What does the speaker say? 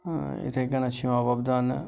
یِتھَے کنیٚتھ چھِ یِوان وۄبداونہٕ